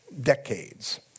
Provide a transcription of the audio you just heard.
decades